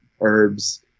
herbs